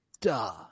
duh